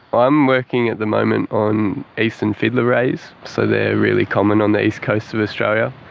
i'm working at the moment on eastern fiddler rays, so they are really common on the east coast of australia,